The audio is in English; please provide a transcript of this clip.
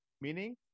Meaning